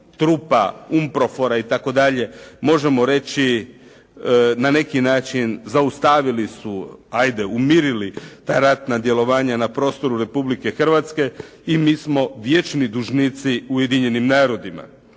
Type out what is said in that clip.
tako dalje. Možemo reći na neki način zaustavili su, ajde umirili ta ratna djelovanja na prostoru Republike Hrvatske i mi smo vječni dužnici Ujedinjenim narodima.